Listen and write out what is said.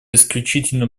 исключительно